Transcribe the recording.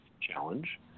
challenge